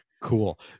cool